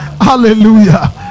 Hallelujah